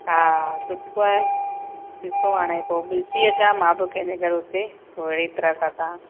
हा सुठो आहे ॾिसो हाणे पोइ ॾिसी अचां मां बि कंहिंजे घर हुते पोइ अहिड़ी तरह सां तव्हां